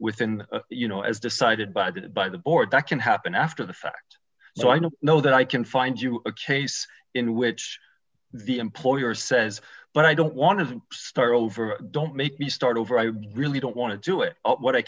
within you know as decided by the by the board that can happen after the fact so i don't know that i can find you a case in which the employer says but i don't want to start over don't make me start over i really don't want to do it what i